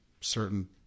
certain